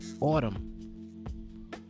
autumn